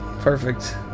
perfect